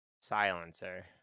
Silencer